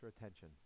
attention